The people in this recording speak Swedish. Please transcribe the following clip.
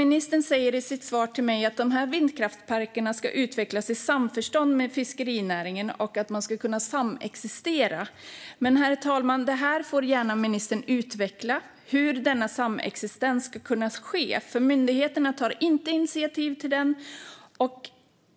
Ministern säger i sitt svar till mig att dessa vindkraftsparker ska utvecklas i samförstånd med fiskerinäringen och att man ska kunna samexistera. Men, herr talman, ministern får gärna utveckla hur denna samexistens ska kunna ske, för myndigheterna tar inte initiativ till den.